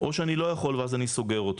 או שאני לא יכול ואז אני סוגר אותו?